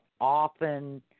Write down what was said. often